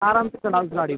आराम से चलाओ गाड़ी